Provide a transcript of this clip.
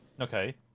Okay